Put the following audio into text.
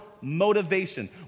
motivation